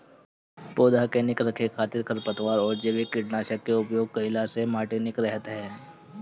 पौधा के निक रखे खातिर खरपतवार अउरी जैविक कीटनाशक के उपयोग कईला से माटी निक रहत ह